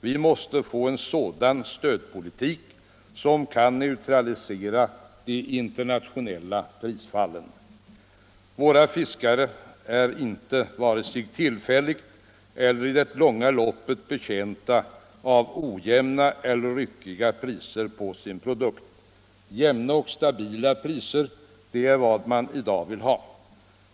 Vi måste få en stödpolitik som kan neutralisera de internationella prisfallen. Våra fiskare är inte vare sig tillfälligt eller i det långa loppet betjänta av ojämna eller ryckiga priser på sin produkt. Jämna och stabila priser — det är vad man i dag vill ha.